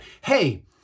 hey